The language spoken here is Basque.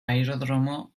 aerodromo